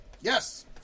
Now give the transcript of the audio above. Yes